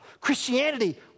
Christianity